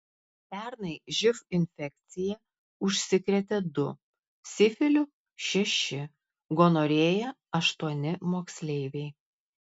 pernai živ infekcija užsikrėtė du sifiliu šeši gonorėja aštuoni moksleiviai